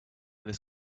this